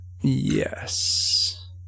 Yes